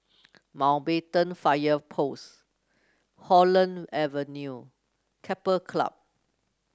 Mountbatten Fire Post Holland Avenue Keppel Club